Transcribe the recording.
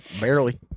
Barely